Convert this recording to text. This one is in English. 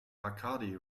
bacardi